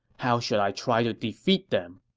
how should i try to defeat them?